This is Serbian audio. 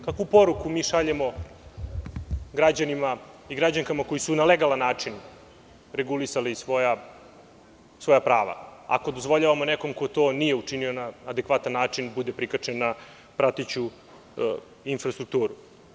Kakvu poruku mi šaljemo građanima i građankama koji su na legalan način regulisali svoja prava ako dozvoljavamo nekom ko to nije učinio na adekvatan način, bude prikačen na prateću infrastrukturu.